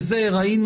ראינו,